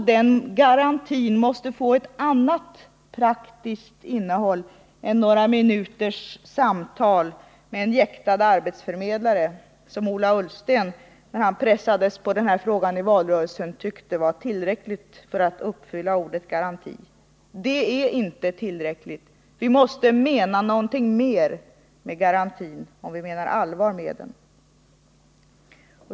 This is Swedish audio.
Den garantin måste få ett annat praktiskt innehåll än några minuters samtal med en jäktad arbetsförmedlare, vilket Ola Ullsten uttalade som tillräckligt för att det skulle motsvaras av innebörden i ordet garanti, när han pressades på den punkten under valrörelsen. Det är inte tillräckligt. Vi måste mena något mera med ordet garanti i det här sammanhanget, om vi menar allvar med det.